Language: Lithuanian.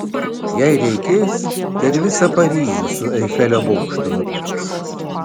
jei reikės tai ir visą paryžių su eifelio bokštu nupirks